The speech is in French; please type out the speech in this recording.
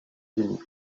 unique